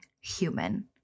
human